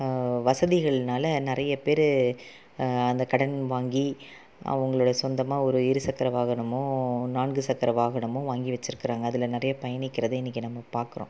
வசதிகள்னால நிறையப்பேரு அந்த கடன் வாங்கி அவங்களோட சொந்தமாக ஒரு இருசக்கர வாகனமோ நான்கு சக்கர வாகனமோ வாங்கி வச்சிருக்குறாங்க அதில் நிறைய பயணிக்கிறதை இன்னைக்கு நம்ம பார்க்குறோம்